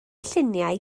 lluniau